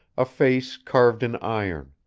a face carved in iron,